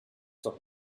doch